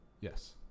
Yes